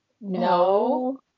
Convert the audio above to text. no